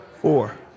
four